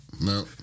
no